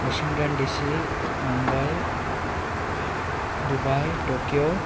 Washington D C Mumbai and Dubai Tokyo